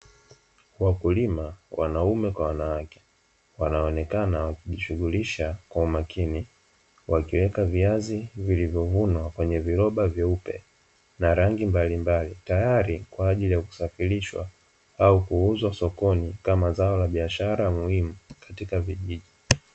Wakulima wanaume kwa wanawake, wanaonekana wakijishughulisha kwa umakini, wakiweka viazi vilivyovunwa kwenye viroba vyeupe, na rangi mbalimbali tayari kwajili ya kusafishwa, au kuuzwa sokoni kama zao la bidhaa muhimu katika vijiji.